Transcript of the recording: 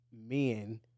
men